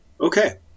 Okay